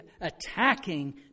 attacking